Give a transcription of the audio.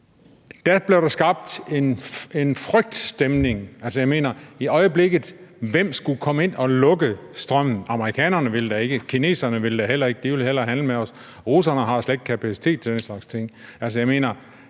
Da blev der skabt en stemning af frygt. Men jeg mener: Hvem skulle i øjeblikket komme ind og lukke for strømmen? Amerikanerne vil da ikke, kineserne vil da heller ikke – de vil hellere handle med os – og russerne har slet ikke kapacitet til den slags ting. Jeg mener,